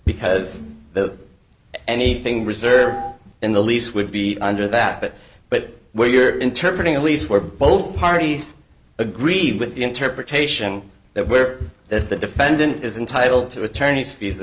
because the anything reserved in the lease would be under that but but where your interpretation lease where both parties agree with the interpretation that where that the defendant is entitled to attorney's fees